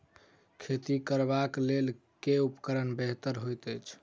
खेत कोरबाक लेल केँ उपकरण बेहतर होइत अछि?